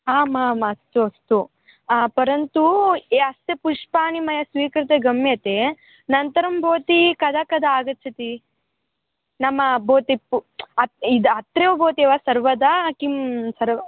आम् आम् अस्तु अस्तु परन्तु अस्य पुष्पाणि मया स्वीकृत्य गम्यते अनन्तरं भवती कदा कदा आगच्छति नाम भवती पु अत् इद् अत्रैव भवति वा सर्वदा किं सर्